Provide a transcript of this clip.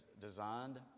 designed